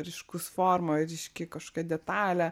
ryškus formoj ryški kažkokia detalė